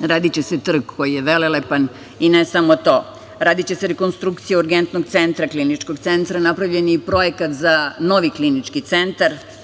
rade non-stop. Radiće se trg koji je velelepan i ne samo to. Radiće se rekonstrukcija Urgentnog centra Kliničkog centra. Napravljen je i projekat za novi klinički centar.